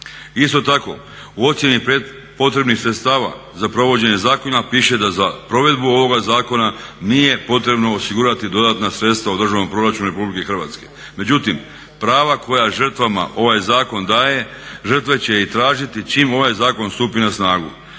Isto tako, u ocjeni potrebnih sredstava za provođenje zakona piše da za provedbu ovoga zakona nije potrebno osigurati dodatna sredstva u državnom proračunu Republike Hrvatske. Međutim, prava koja žrtvama ovaj zakon daje, žrtve će ih tražiti čim ovaj zakon stupi na snagu.